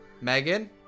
Megan